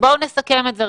בואו נסכם את זה.